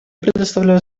предоставляю